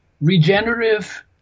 Regenerative